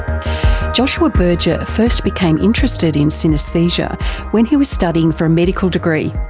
joshua berger first became interested in synaesthesia when he was studying for a medical degree.